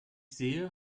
sehe